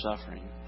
suffering